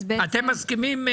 אז תקריאי.